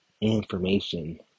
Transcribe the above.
information